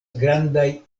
grandaj